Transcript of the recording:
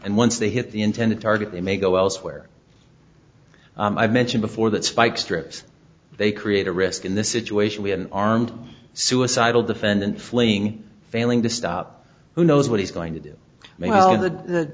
and once they hit the intended target they may go elsewhere i mention before that spike strips they create a risk in this situation we have an armed suicidal defendant fleeing failing to stop who knows what he's going to do